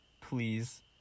Please